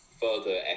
further